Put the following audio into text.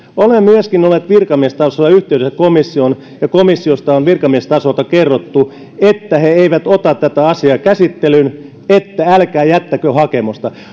olemme myöskin olleet virkamiestasolla yhteydessä komissioon ja komissiosta on virkamiestasolta kerrottu että he eivät ota tätä asiaa käsittelyyn että älkää jättäkö hakemusta